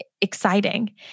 exciting